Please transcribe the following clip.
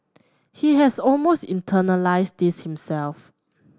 he has almost internalised this himself